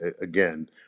again